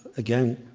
again,